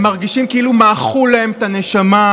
הם מרגישים כאילו מעכו להם את הנשמה,